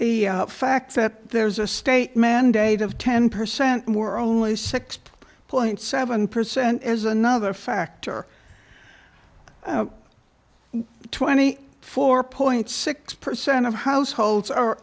the fact that there's a state mandate of ten percent were only six point seven percent as another factor twenty four point six percent of households are